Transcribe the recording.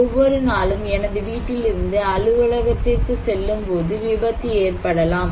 ஒவ்வொரு நாளும் எனது வீட்டிலிருந்து அலுவலகத்திற்கு செல்லும்போது விபத்து ஏற்படலாம்